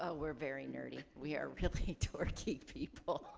ah we're very nerdy. we are really dorky people.